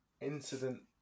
incident